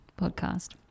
podcast